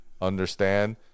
understand